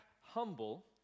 humble